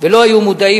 ולא היו מודעים,